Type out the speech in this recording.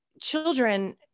children